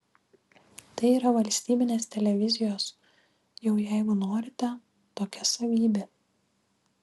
tai yra valstybinės televizijos jau jeigu norite tokia savybė